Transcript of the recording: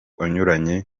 anyuranye